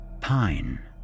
Pine